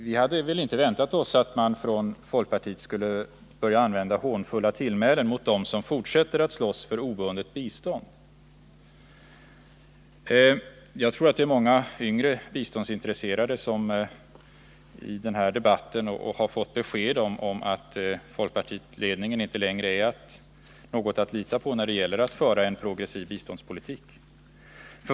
Vi hade inte väntat oss att man från folkpartiet skulle börja använda hånfulla tillmälen mot dem som fortsätter att slåss för obundet bistånd. Jag tror att det är många yngre biståndsintresserade som i den här debatten har fått besked om att folkpartiledningen inte längre är någonting att lita på när det gäller att föra en progressiv biståndspolitik.